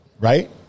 Right